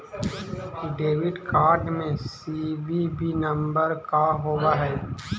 Debit card में CVV number का होव हइ?